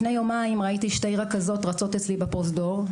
לפני יומיים ראיתי שתי רכזות רצות אצלי בפרוזדור,